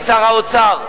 הכנת חוק ההסדרים.